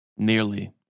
Nearly